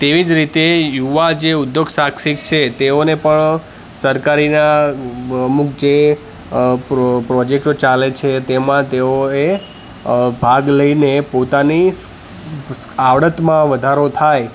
તેવી જ રીતે યુવા જે ઉદ્યોગ સાહસિક છે તેઓને પણ સરકારીના અમુક જે અ પ્રો પ્રોજેકટો ચાલે છે તેમાં તેઓએ ભાગ લઈને પોતાની સ આવડતમાં વધારો થાય